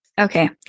Okay